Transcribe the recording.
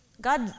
God